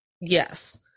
yes